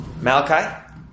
Malachi